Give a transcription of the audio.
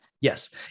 Yes